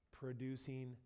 producing